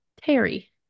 Terry